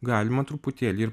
galima truputėlį ir